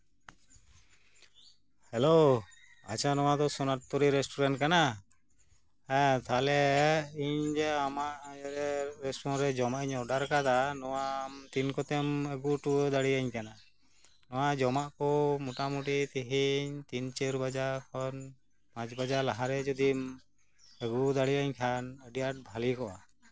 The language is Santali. ᱦᱮᱞᱳ ᱟᱪᱪᱷᱟ ᱱᱚᱣᱟ ᱫᱚ ᱥᱳᱱᱟᱨᱛᱚᱨᱤ ᱨᱮᱥᱴᱩᱨᱮᱱᱴ ᱠᱟᱱᱟ ᱦᱮᱸ ᱛᱟᱦᱚᱞᱮ ᱤᱧ ᱡᱮ ᱟᱢᱟᱜ ᱨᱮᱥᱴᱩᱨᱮᱱᱴ ᱨᱮ ᱡᱚᱢᱟᱜ ᱤᱧ ᱚᱰᱟᱨ ᱠᱟᱫᱟ ᱛᱟᱦᱚᱞᱮ ᱟᱢ ᱛᱤᱱ ᱠᱚᱛᱮ ᱡᱚᱢᱟᱜ ᱮᱢ ᱟᱹᱜᱩ ᱦᱚᱴᱚ ᱫᱟᱲᱮᱭᱟᱹᱧ ᱠᱟᱱᱟ ᱱᱚᱣᱟ ᱡᱚᱢᱟᱜ ᱠᱚ ᱢᱳᱴᱟᱢᱩᱴᱤ ᱛᱮᱦᱮᱧ ᱛᱤᱱ ᱪᱟᱨ ᱵᱟᱡᱟᱜ ᱠᱷᱚᱱ ᱯᱟᱸᱪ ᱞᱟᱦᱟᱨᱮ ᱡᱚᱫᱤᱢ ᱟᱹᱜᱩ ᱫᱟᱲᱮᱭᱟᱹᱧ ᱠᱷᱟᱱ ᱟᱹᱰᱤ ᱟᱸᱴ ᱵᱷᱟᱹᱜᱤ ᱠᱚᱜᱼᱟ